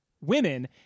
women